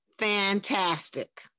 fantastic